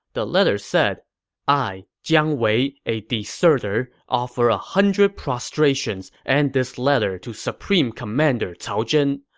the letter said i, jiang wei, a deserter, offer a hundred prostrations and this letter to supreme commander cao zhen.